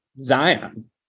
Zion